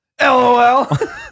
LOL